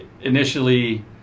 initially